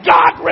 God